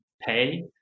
pay